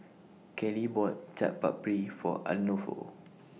Kaley bought Chaat Papri For Arnulfo